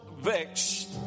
vexed